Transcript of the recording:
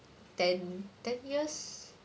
ten ten years